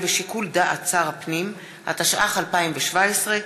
התשע"ח 2017,